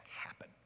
happen